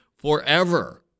Forever